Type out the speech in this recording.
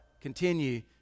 continue